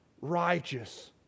righteous